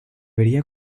vería